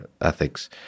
ethics